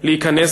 להיכנס